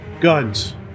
guns